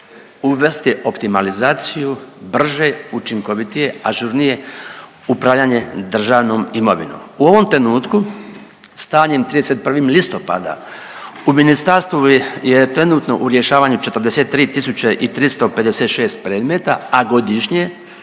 uvesti optimalizaciju brže, učinkovitije ažurnije upravljanje državnom imovinom. U ovom trenutku stanjem 31. listopada u ministarstvu je trenutno u rješavanju 43 tisuće i 356 predmeta, a godišnje